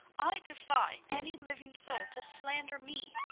i defy any living soul to slander me.